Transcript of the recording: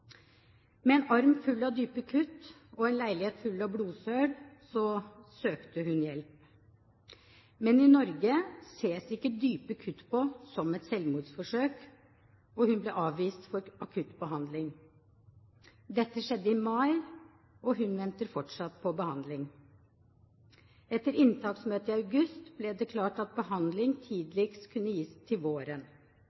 Med en arm full av dype kutt og en leilighet full av blodsøl søkte hun hjelp. Men i Norge ses ikke dype kutt på som et selvmordsforsøk, og hun ble avvist for akutt behandling. Dette skjedde i mai, og hun venter fortsatt på behandling. Etter inntaksmøte i august ble det klart at behandling